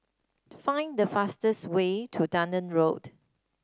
find the fastest way to Dunearn Road